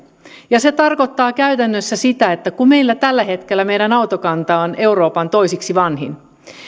ja se tarkoittaa käytännössä sitä että kun tällä hetkellä meidän autokantamme on euroopan toiseksi vanhin